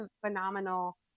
phenomenal